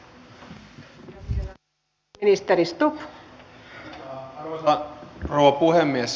arvoisa rouva puhemies